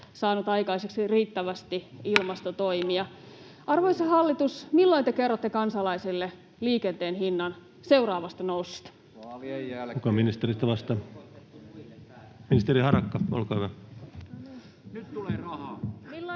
saanut aikaiseksi riittävästi ilmastotoimia. Arvoisa hallitus, milloin te kerrotte kansalaisille liikenteen hinnan seuraavasta noususta?